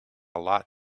lot